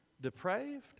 depraved